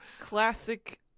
Classic